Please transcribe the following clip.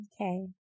okay